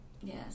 Yes